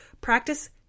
Practice